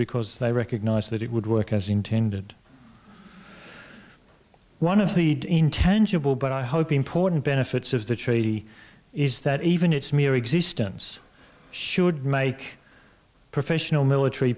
because they recognize that it would work as intended one of the intangible but i hope important benefits of the treaty is that even its mere existence should make professional military